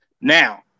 Now